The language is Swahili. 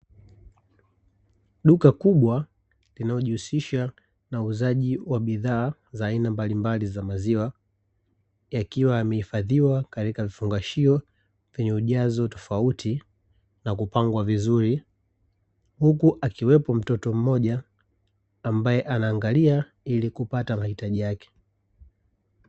Duka kubwa linalojihusisha na uuzaji wa bidhaa za aina mbalimbali za maziwa, yakiwa yameidhaziwa katika vifungashio vyenye ujazo tofauti na kupangwa vizuri, huku akiwepo mtoto mmoja anaeangalia ili kupata mahitaji yake.